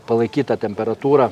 palaikyt tą temperatūrą